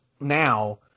now